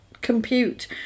compute